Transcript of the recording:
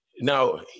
now